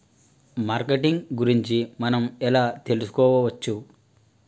Marketing గురించి మనం ఎలా తెలుసుకోవచ్చు?